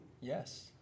Yes